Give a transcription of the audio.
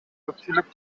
көпчүлүк